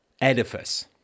edifice